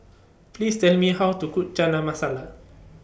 Please Tell Me How to Cook Chana Masala